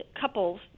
couples